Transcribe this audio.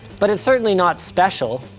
but it's certainly not special.